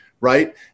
right